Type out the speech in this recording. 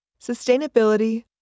Sustainability